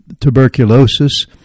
tuberculosis